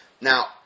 Now